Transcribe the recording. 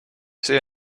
see